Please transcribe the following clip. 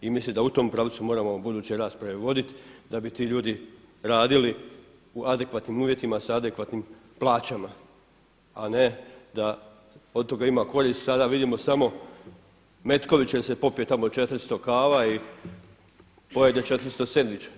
I mislim da u tom pravcu moramo buduće rasprave vodit da bi ti ljudi radili u adekvatnim uvjetima sa adekvatnim plaćama a ne da od toga ima korist sada vidimo sada Metković jer se popije tamo 400 kava i pojede 400 sendviča.